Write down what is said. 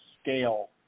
scale